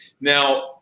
Now